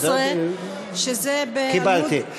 שזה בעמוד 317, קיבלתי.